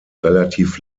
relativ